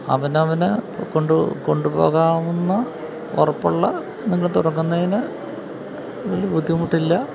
അവനവനെ കൊണ്ട് കൊണ്ടുപോകാവുന്ന ഉറപ്പുള്ള എന്തെങ്കിലും തുടങ്ങുന്നതിന് വലിയ ബുദ്ധിമുട്ടില്ല